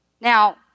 Now